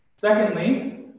Secondly